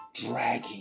Dragging